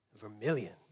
vermilion